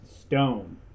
stone